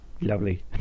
lovely